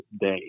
day